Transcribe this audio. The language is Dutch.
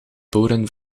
boren